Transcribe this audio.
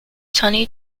tunney